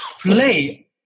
play